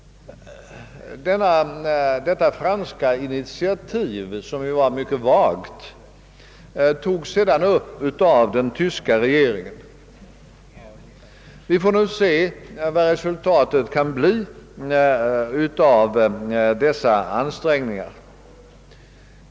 Detta franska initiativ, som ju var mycket vagt, togs sedan upp av den tyska regeringen. Vi får nu se vad resultatet kan bli av dessa ansträngningar.